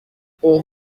اوه